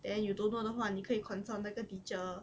then you don't know 的话你可以 consult 那个 teacher